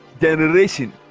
generation